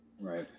Right